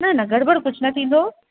न न गड़बड़ कुझु न थींदो